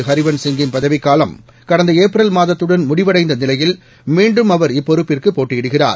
ஹரிவன்ஸ் சிங்கின் பதவிக்காலம் கடந்த ஏப்ரல் மாதத்துடன் முடிவடைந்த நிலையில் மீண்டும் அவர் இப்பொறுப்பிற்கு போட்டியிடுகிறார்